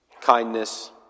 Kindness